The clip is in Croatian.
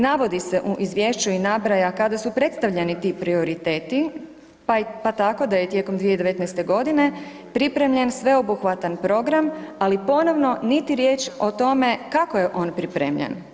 Navodi se u izvješću i nabraja kada su predstavljeni ti prioriteti, pa tako da je i tijekom 2019.g. pripremljen sveobuhvatan program, ali ponovno niti riječ o tome kako je on pripremljen.